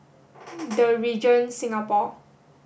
The Regent Singapore